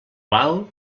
val